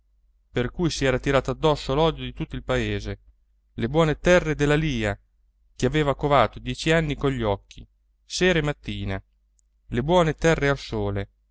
per cui si era tirato addosso l'odio di tutto il paese le buone terre dell'alìa che aveva covato dieci anni cogli occhi sera e mattina le buone terre al sole